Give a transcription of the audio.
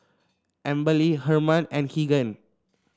Amberly Herman and Keegan